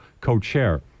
co-chair